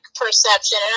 perception